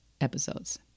episodes